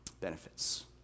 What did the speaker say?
benefits